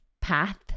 path